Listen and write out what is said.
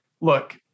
look